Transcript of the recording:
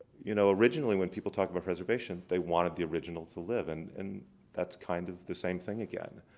you know, originally when people talk about preservation, they wanted the original to live. and and that's kind of the same thing again.